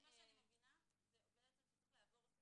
אני לא יודעת אם היא עדיין רלבנטית,